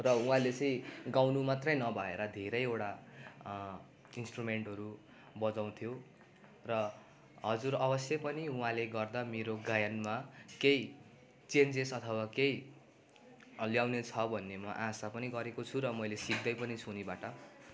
र उहाँले चाहिँ गाउनु मात्रै नभएर धेरैवटा इन्स्ट्रुमेन्टहरू बजाउँथ्यो र हजुर अवश्य पनि उहाँले गर्दा मेरो गायनमा केही चेन्जेस अथवा केही ल्याउने छ भन्ने म आशा पनि गरेको छु र मैले सिक्दै पनि छु उनीबाट